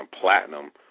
platinum